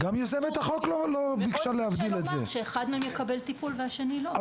מאוד קשה לומר שאחד מהם יקבל טיפול והשני לא.